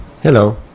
Hello